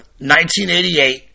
1988